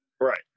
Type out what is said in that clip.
Right